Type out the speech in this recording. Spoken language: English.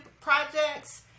projects